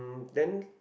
then